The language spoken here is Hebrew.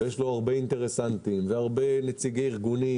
יש לו הרבה אינטרסנטים והרבה נציגי ארגונים